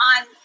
on